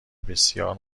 بسیار